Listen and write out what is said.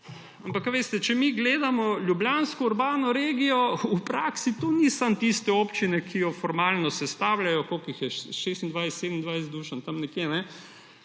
Ampak veste, če mi gledamo ljubljansko urbano regijo, v praksi to niso samo tiste občine, ki jo formalno sestavljajo. Koliko jih je? 26, 27, Dušan, tam nekje?